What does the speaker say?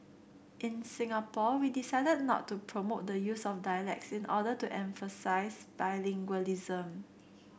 in Singapore we decided not to promote the use of dialects in order to emphasise bilingualism